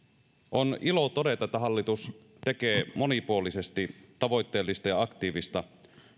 on ilo todeta että hallitus tekee monipuolisesti tavoitteellista ja aktiivista